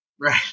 Right